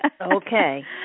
Okay